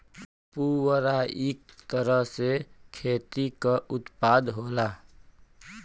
पुवरा इक तरह से खेती क उत्पाद होला